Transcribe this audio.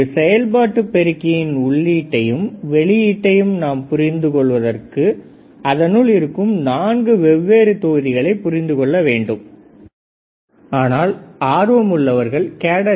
ஒரு செயல்பாடு பெருக்கியின் உள்ளீட்டையும் வெளியீட்டையும் நாம் புரிந்து கொள்வதற்கு அதனுள் இருக்கும் நான்கு வெவ்வேறு தொகுதிகளை புரிந்து கொள்ள வேண்டும் செயல்பாட்டு பெருக்கியின் இன்டர்ணல் சர்க்யூட் எப்படி வடிவமைப்பது என்பது இந்த தொகுதியின் நோக்கம் கிடையாது